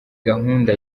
gahunda